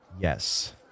Yes